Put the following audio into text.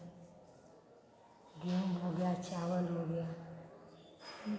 गेहूँ हो गया चावल हो गया